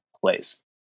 plays